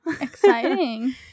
exciting